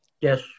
Yes